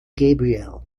gabrielle